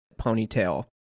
ponytail